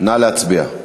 נא להצביע.